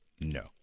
no